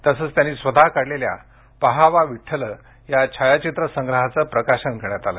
तसेच त्यांनी स्वतः काढलेल्या पाहावा विठ्ठल या छायाचित्र संग्रहाचे प्रकाशन करण्यात आले